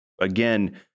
again